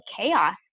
chaos